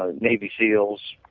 ah navy seals.